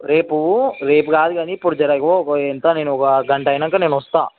రేపు రేపు కాదు కానీ ఇప్పుడు జర ఇగో ఎంత ఒక గంట అయినాక నేను వస్తాను